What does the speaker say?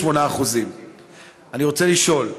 38%. אני רוצה לשאול: